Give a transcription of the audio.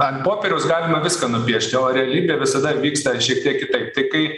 ant popieriaus galima viską nupiešti o realybė visada vyksta šiek tiek kitaip tai kai